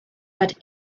but